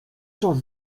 czas